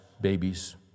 babies